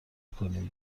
کنیم